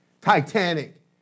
Titanic